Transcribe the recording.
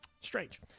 Strange